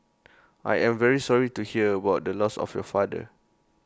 I am very sorry to hear about the loss of your father